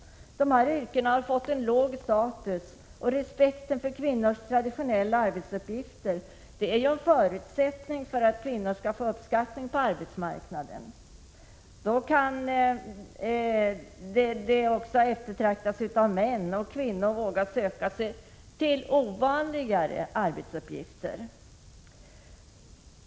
Dessa yrken har fått en låg status, och respekten för kvinnors traditionella arbetsuppgifter är en förutsättning för att kvinnor skall få uppskattning på arbetsmarknaden. Då kan yrkena också eftertraktas av män, och kvinnor vågar söka sig till ovanligare arbetsuppgifter.